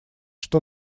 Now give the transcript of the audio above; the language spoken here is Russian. что